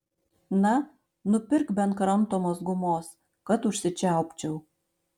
na nupirk bent kramtomos gumos kad užsičiaupčiau